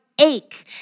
ache